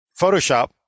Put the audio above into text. Photoshop